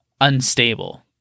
unstable